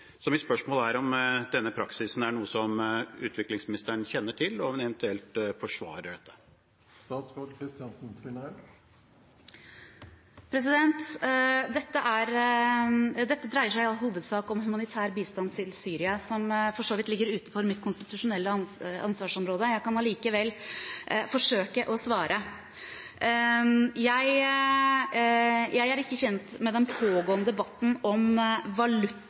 Mitt spørsmål er om denne praksisen er noe som utviklingsministeren kjenner til, og om hun eventuelt forsvarer dette. Dette dreier seg i all hovedsak om humanitær bistand til Syria, noe som for så vidt ligger utenfor mitt konstitusjonelle ansvarsområde. Jeg kan allikevel forsøke å svare. Jeg er ikke kjent med den pågående debatten om valuta